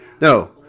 No